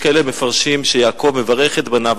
יש כאלה מפרשים שיעקב מברך את בניו,